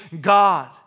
God